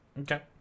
Okay